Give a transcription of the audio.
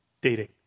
dating